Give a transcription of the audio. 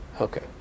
Okay